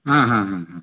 ಹಾಂ ಹಾಂ ಹಾಂ ಹಾಂ